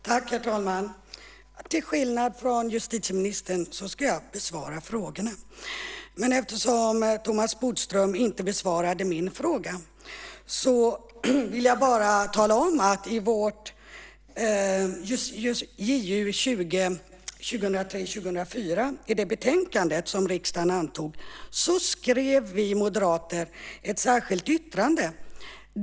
Herr talman! Till skillnad från justitieministern ska jag besvara frågorna. Eftersom Thomas Bodström inte besvarade min fråga vill jag bara tala om att i justitieutskottets betänkande från 2003/04 som riksdagen antog skrev vi moderater ett särskilt yttrande.